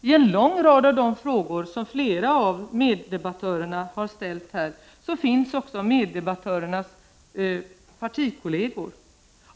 I en lång rad av dessa utredningar har deltagit partikollegor till flera av de meddebattörer som här har ställt frågor.